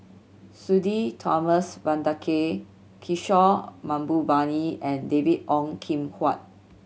Sudhir Thomas Vadaketh Kishore Mahbubani and David Ong Kim Huat